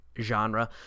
Genre